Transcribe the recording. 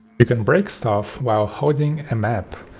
you can break stuff while holding a map,